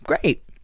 Great